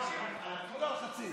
על הכול או על חצי?